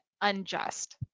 unjust